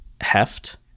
heft